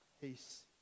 peace